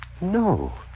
No